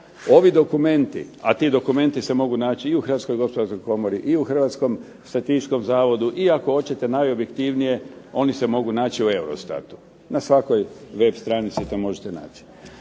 Ovi dokumenti, a ti dokumenti se mogu naći i u Hrvatskoj gospodarskoj komori, i u Hrvatskom statističkom zavodu, i ako hoćete najobjektivnije oni se mogu naći u EUROSTAT-u, na svakoj web stranici to možete naći.